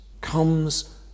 comes